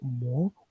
more